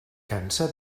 cansa